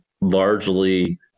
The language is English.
largely